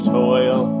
toil